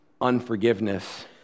unforgiveness